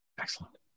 Excellent